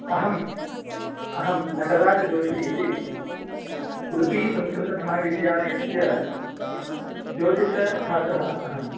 अहम् अहं नटराज जोषी इति उडुपि संस्कृतमहाविद्यालयस्य ज्योतिषछात्रः अहम्